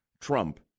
Trump